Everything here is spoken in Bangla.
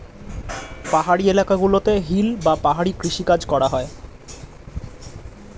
পাহাড়ি এলাকা গুলোতে হিল বা পাহাড়ি কৃষি কাজ করা হয়